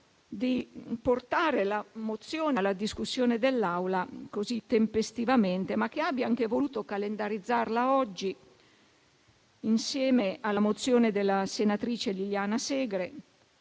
di portare la mozione alla discussione dell'Assemblea così tempestivamente, ma che ha anche voluto calendarizzarla oggi, insieme alla mozione della senatrice Liliana Segre